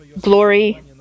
glory